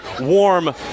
warm